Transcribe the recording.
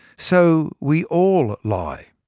so, we all lie.